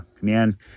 man